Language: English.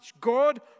God